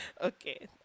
Okay